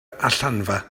allanfa